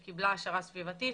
קבוצה שקיבלה העשרה סביבתית